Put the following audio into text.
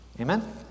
Amen